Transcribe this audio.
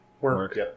Work